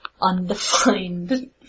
undefined